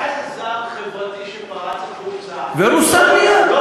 היה איזה זעם חברתי שפרץ החוצה, ורוסן מייד.